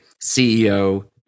CEO